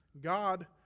God